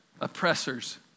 oppressors